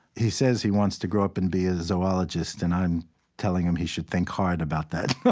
he says he wants to grow up and be a zoologist, and i'm telling him he should think hard about that.